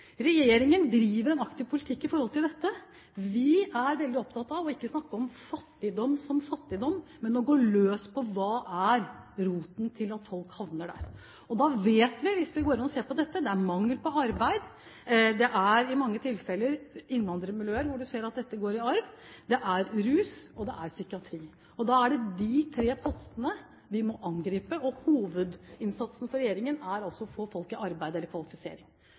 Regjeringen driver en aktiv politikk i forhold til dette. Vi er veldig opptatt av å ikke snakke om fattigdom som fattigdom, men å gå løs på hva som er roten til at folk havner der. Da vet vi – hvis vi går inn og ser på dette – at det er mangel på arbeid, det er i mange tilfeller innvandrermiljøer hvor man ser at dette går i arv, det er rus, og det er psykiatri. Da er det de tre postene vi må angripe. Og hovedinnsatsen for regjeringen er altså å få folk i arbeid eller kvalifisering.